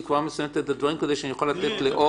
היא כבר מסיימת את הדברים כדי שנוכל לתת לעוד.